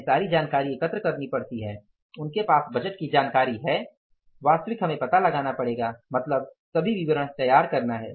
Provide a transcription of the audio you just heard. उन्हें साडी जानकारी एकत्र करनी पड़ती है उनके पास बजट की जानकारी है वास्तविक हमें पता लगाना पड़ेगा मतलब सभी विवरण तैयार करना है